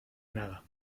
nada